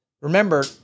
remember